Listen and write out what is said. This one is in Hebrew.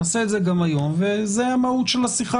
נעשה את זה גם היום וזו המהות של השיחה